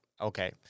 Okay